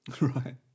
Right